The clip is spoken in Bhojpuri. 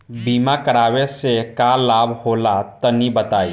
बीमा करावे से का लाभ होला तनि बताई?